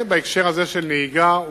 ובהקשר הזה של נהיגה,